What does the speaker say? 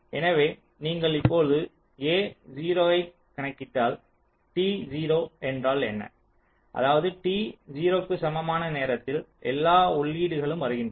எனவே நீங்கள் இப்போது a 0 ஐக் கணக்கிட்டால் t 0 என்றால் என்ன அதாவது t 0 க்கு சமமான நேரத்தில் எல்லா உள்ளீடுகளும் வருகின்றன